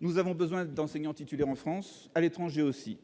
nous avons besoin d'enseignants titulaires en France à l'étranger aussi